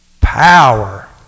Power